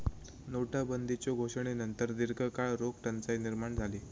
नोटाबंदीच्यो घोषणेनंतर दीर्घकाळ रोख टंचाई निर्माण झाली